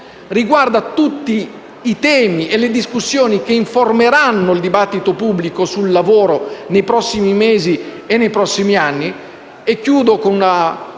riguarda tutti i temi e le discussioni che informeranno il dibattito pubblico sul lavoro nei prossimi mesi e nei prossimi anni.